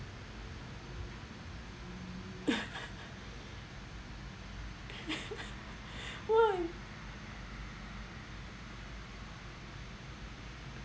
why